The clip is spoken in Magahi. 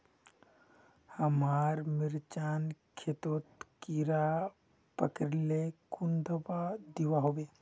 हमार मिर्चन खेतोत कीड़ा पकरिले कुन दाबा दुआहोबे?